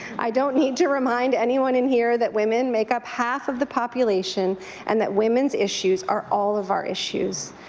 i don't need to remind anyone in here that women make up half of the population and that women's issues are all of our issue.